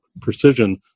precision